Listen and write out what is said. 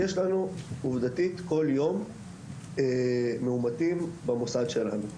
יש לנו עובדתית כל יום מאומתים במוסד שלנו.